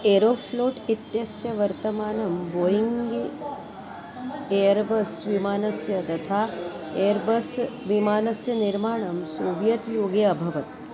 Aeroflot इत्यस्य वर्तमानं Boeing Airbus विमानस्य तथा एर्बस् विमानस्य निर्माणं सूव्यत् योगे अभवत्